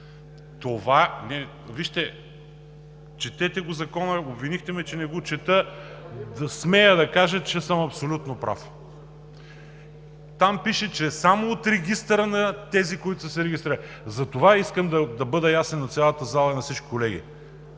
такова нещо. Четете Закона! Обвинихте ме, че не го чета! Смея да кажа, че съм абсолютно прав! Там пише, че само от регистъра на тези, които са се регистрирали, затова искам да бъда ясен за цялата зала, за всички колеги